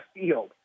field